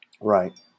Right